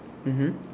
mmhmm